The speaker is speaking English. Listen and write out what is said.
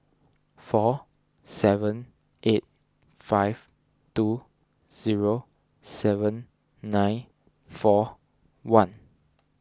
four seven eight five two zero seven nine four one